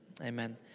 Amen